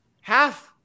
half